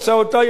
כך אמר.